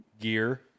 gear